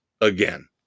Again